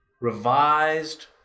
revised